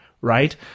right